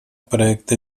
проекта